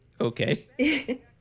Okay